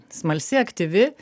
smalsi aktyvi